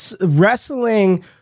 Wrestling